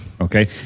Okay